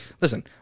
listen